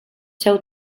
seu